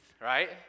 right